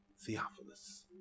Theophilus